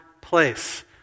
place